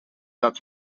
that